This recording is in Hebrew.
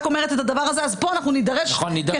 אומרת את הדבר הזה אז פה אנחנו נידרש לצמצום,